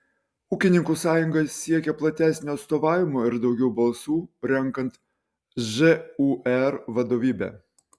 ūkininkų sąjunga siekia platesnio atstovavimo ir daugiau balsų renkant žūr vadovybę